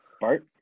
Bart